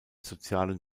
sozialen